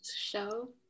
show